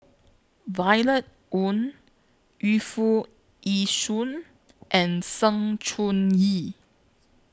Violet Oon Yu Foo Yee Shoon and Sng Choon Yee